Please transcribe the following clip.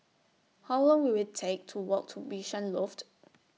How Long Will IT Take to Walk to Bishan Loft